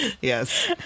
yes